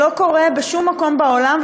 שלא קורה בשום מקום בעולם,